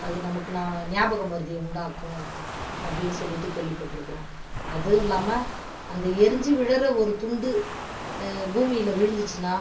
அது நமக்கு நான் ஞாபக மறதியை உண்டாக்கும் அப்படின்னு சொல்லிவிட்டு கேள்விப்பட்டுருக்குறோம் அதுவும் இல்லாமல் அந்த எரிஞ்சி விழகிற ஒரு துண்டு பூமியில விழுந்துச்சுன்னா